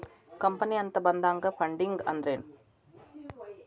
Company ಅಂತ ಬಂದಾಗ funding ಅಂದ್ರೆನು?